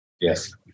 Yes